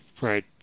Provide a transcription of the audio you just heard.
Right